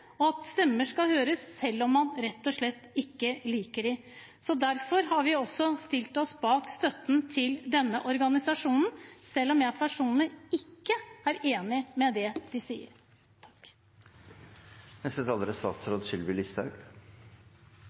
stemmer, og stemmer skal høres selv om man rett og slett ikke liker dem. Derfor har vi stilt oss bak støtten til denne organisasjonen, selv om jeg personlig ikke er enig i det de sier. Det som mange med innvandrerbakgrunn sier, er